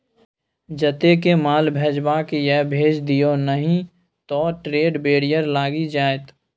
जतेक माल भेजबाक यै भेज दिअ नहि त ट्रेड बैरियर लागि जाएत